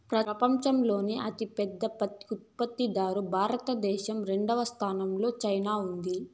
పపంచంలోనే అతి పెద్ద పత్తి ఉత్పత్తి దారు భారత దేశం, రెండవ స్థానం లో చైనా ఉంది